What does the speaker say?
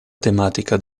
tematica